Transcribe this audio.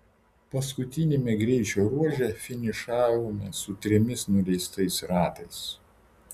paskutiniame greičio ruože finišavome su trimis nuleistais ratais